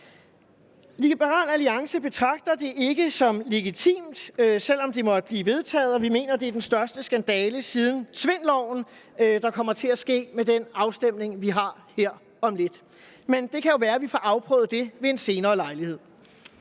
Liberal Alliance betragter det ikke som legitimt, selv om det måtte blive vedtaget, og vi mener, at det er den største skandale siden Tvindloven, der kommer til at ske med den afstemning, vi har her om lidt. Men det kan jo være, at vi får afprøvet det ved en senere lejlighed.